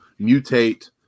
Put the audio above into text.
mutate